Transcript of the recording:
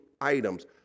items